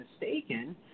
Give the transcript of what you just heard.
mistaken